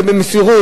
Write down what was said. כמסירות,